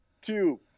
Two